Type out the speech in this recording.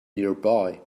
nearby